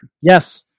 Yes